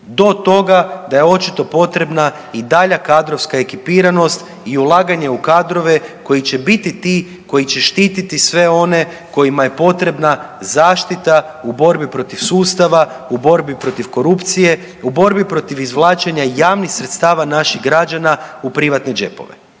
do toga da je očito potrebna i dalja kadrovska ekipiranost i ulaganje u kadrove koji će biti ti koji će štititi sve one kojima je potrebna zaštita u borbi protiv sustava, u borbi protiv korupcije, u borbi protiv izvlačenja javnih sredstava naših građana u privatne džepove.